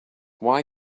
why